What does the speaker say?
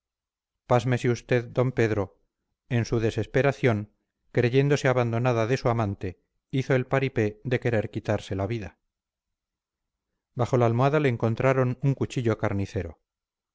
el niño pásmese usted d pedro en su desesperación creyéndose abandonada de su amante hizo el paripé de querer quitarse la vida bajo la almohada le encontraron un cuchillo carnicero